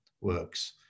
works